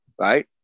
right